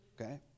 Okay